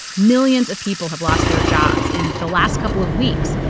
millions of people have lost their jobs in the last couple of weeks,